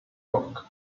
york